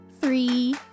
three